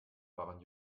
waren